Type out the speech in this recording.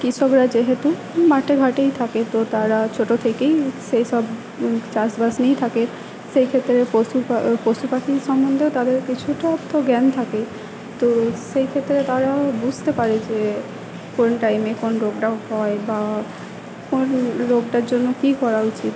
কিষকরা যেহেতু মাঠে ঘাটেই থাকে তো তারা ছোটো থেকেই সেসব চাষবাস নিয়েই থাকে সেই ক্ষেত্রে পশু পশু পাখি সম্বন্ধেও তাদের কিছুটা তো জ্ঞান থাকেই তো সেই ক্ষেত্রে তারা বুঝতে পারে যে কোন টাইমে কোন রোগটা হয় বা কোন রোগটার জন্য কি করা উচিত